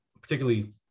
particularly